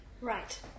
Right